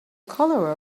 cholera